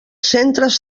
centres